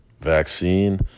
vaccine